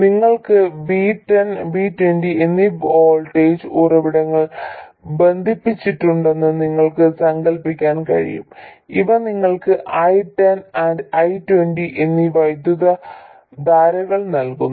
നിങ്ങൾക്ക് V10 V20 എന്നീ voltage ഉറവിടങ്ങൾ ബന്ധിപ്പിച്ചിട്ടുണ്ടെന്ന് നിങ്ങൾക്ക് സങ്കൽപ്പിക്കാൻ കഴിയും ഇവ നിങ്ങൾക്ക് I10 and I20 എന്നീ വൈദ്യുതധാരകൾ നൽകുന്നു